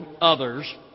others